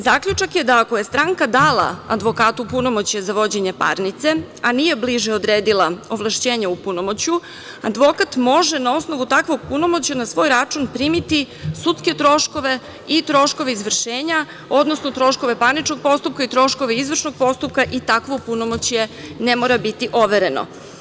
Zaključak je da ako je stranka dala advokatu punomoćje za vođenje parnice, a nije bliže odredila ovlašćenje u punomoćju, advokat može na osnovu takvog punomoćja na svoj račun primiti sudske troškove i troškove izvršenja, odnosno troškove parničkog postupka i troškove izvršnog postupka i takvo punomoćje ne mora biti overeno.